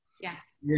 Yes